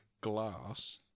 glass